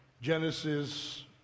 Genesis